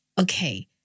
Okay